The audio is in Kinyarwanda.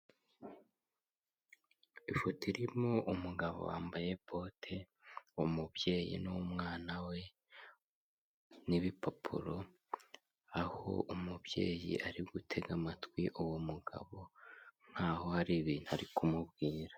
Ifoto irimo umugabo wambaye bote, umubyeyi n'umwana we n'ibipapuro, aho umubyeyi ari gutega amatwi uwo mugabo nkaho hari ibintu ari kumubwira.